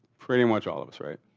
pretty much all of us, right?